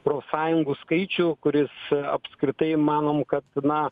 profsąjungų skaičių kuris apskritai manom kad na